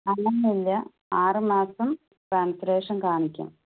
അങ്ങനെ ഒന്നും ഇല്ല ആറ് മാസം ക്യാൻസലേഷൻ കാണിക്കണം